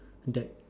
the